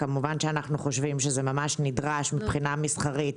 כמובן שאנחנו חושבים שזה ממש נדרש מבחינה מסחרית,